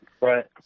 Right